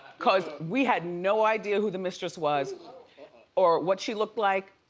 cause we had no idea who the mistress was or what she looked like.